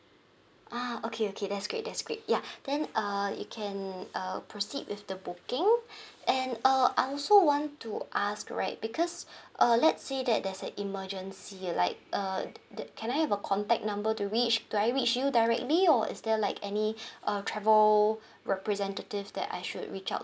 ah okay okay that's great that's great ya then uh you can uh proceed with the booking and uh I also want to ask right because uh let's say that there's a emergency like uh the can I have a contact number to reach do I reach you directly or is there like any uh travel representative that I should reach out